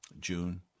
June